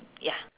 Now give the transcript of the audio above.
ya